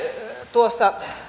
tuossa